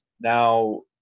now